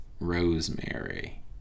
Rosemary